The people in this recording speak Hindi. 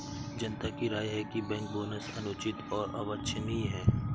जनता की राय है कि बैंक बोनस अनुचित और अवांछनीय है